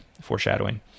Foreshadowing